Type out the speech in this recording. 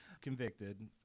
convicted